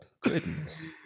goodness